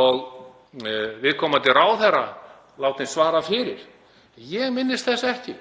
og viðkomandi ráðherra látinn svara fyrir. Ég minnist þess ekki,